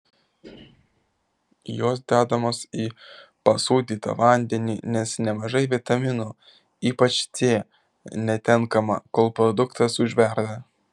jos dedamos į pasūdytą vandenį nes nemažai vitaminų ypač c netenkama kol produktas užverda